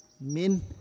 Min